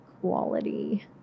quality